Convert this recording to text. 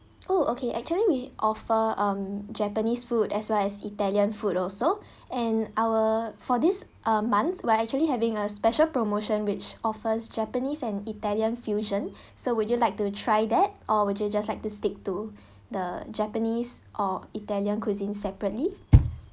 oh okay actually we offer um japanese food as well as italian food also and our for this uh month we're actually having a special promotion which offers japanese and italian fusion so would you like to try that or would you just like to stick to the japanese or italian cuisine separately